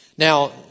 Now